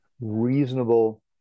Reasonable